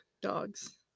Dogs